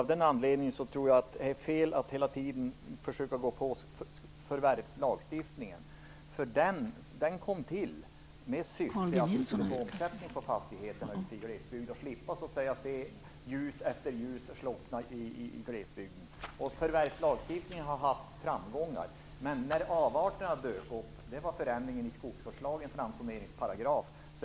Av den anledningen tror jag att det är fel att hela tiden försöka gå på förvärvslagen. Den kom till med syfte att man skulle få omsättning på fastigheterna ute i glesbygd så att man skulle slippa se ljus efter ljus slockna på glesbygden. Förvärvslagstiftningen har haft framgångar. Avarterna dök upp i och med förändringen i skogsvårdslagens ransoneringsparagraf.